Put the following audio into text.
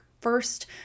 first